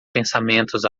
pensamentos